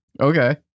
Okay